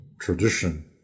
tradition